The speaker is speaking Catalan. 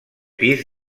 pis